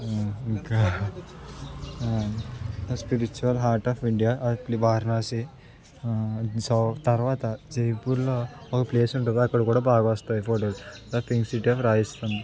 ఇంకా the spiritual heart of India Varanasi so తర్వాత జైపూర్లో ఒక ప్లేస్ ఉంటుంది అక్కడ కూడా బాగా వస్తాయి photos the pink city of Rajasthan